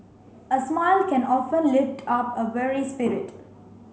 a smile can often lift up a weary spirit